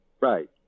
Right